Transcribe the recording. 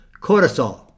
Cortisol